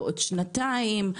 בעוד שנתיים.